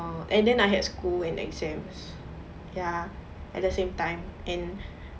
and then I had school and exams ya at the same time and